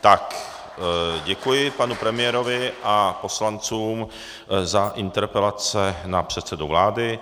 Tak děkuji panu premiérovi a poslancům za interpelace na předsedu vlády.